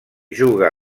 juga